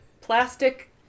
plastic